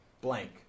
Blank